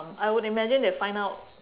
I would imagine they find out